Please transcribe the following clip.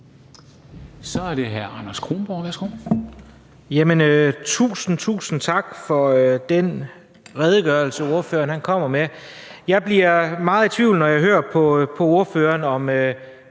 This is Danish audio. Kl. 13:22 Anders Kronborg (S): Tusind, tusind tak for den redegørelse, ordføreren kommer med. Jeg bliver meget i tvivl, når jeg hører på ordføreren, om